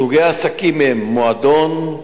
סוגי העסקים הם: מועדון,